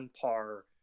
par